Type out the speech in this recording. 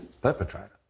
perpetrator